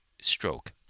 stroke